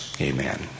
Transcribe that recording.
Amen